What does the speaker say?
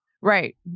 Right